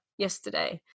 Yesterday